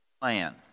plan